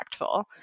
impactful